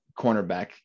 cornerback